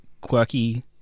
quirky